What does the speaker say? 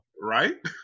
right